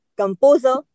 composer